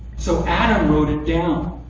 so adam wrote it down.